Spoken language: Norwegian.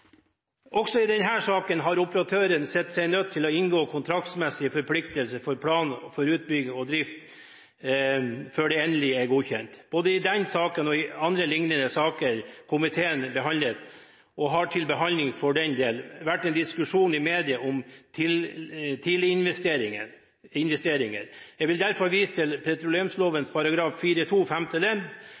Også i denne saken har operatøren sett seg nødt til å inngå kontraktsmessige forpliktelser før plan for utbygging og drift er endelig godkjent. Både i denne saken og i andre liknende saker komiteen behandler har det vært en diskusjon i media om tidliginvesteringer. Jeg vil derfor vise til